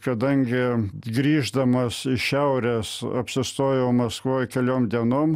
kadangi grįždamas iš šiaurės apsistojau maskvoj keliom dienom